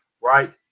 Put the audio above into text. right